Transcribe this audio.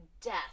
Death